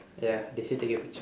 ya they say take your picture